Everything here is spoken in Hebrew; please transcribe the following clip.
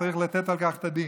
צריך לתת על כך את הדין.